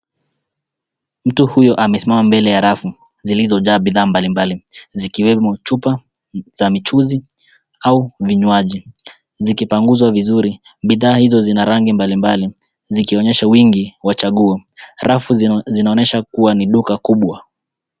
Mtu huyu amesimama mbele ya rafu zilizojaa bidhaa mbalimbali zikiwemo chupa za michuzi au vinywaji zikipanguzwa vizuri. Bidhaa hizo zina rangi mbalimbali zikionyesha wingi wa chaguo. Rafu zinaonyesha kuwa ni duka kubwa.